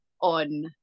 on